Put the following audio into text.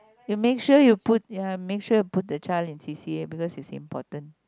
you make sure you put ya make sure you put the child in C_C_A because is important